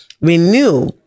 renew